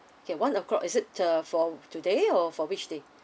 okay one o'clock is it uh for today or for which day